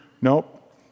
Nope